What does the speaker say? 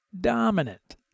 dominant